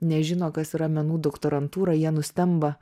nežino kas yra menų doktorantūra jie nustemba